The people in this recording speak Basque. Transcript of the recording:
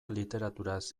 literaturaz